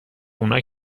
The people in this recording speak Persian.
اونا